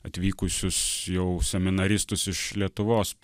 atvykusius jau seminaristus iš lietuvos